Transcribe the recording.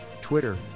Twitter